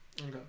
Okay